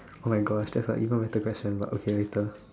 [oh]-my-Gosh that's a even better question but okay later